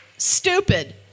Stupid